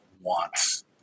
wants